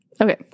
Okay